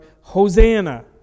Hosanna